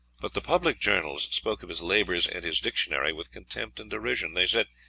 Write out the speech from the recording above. but the public journals spoke of his labours and his dictionary with contempt and derision. they said,